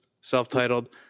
Self-Titled